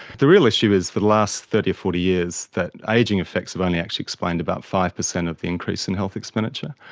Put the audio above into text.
the real issue is for the last thirty or forty years that ageing effects have only actually explained about five percent of the increase in health expenditure.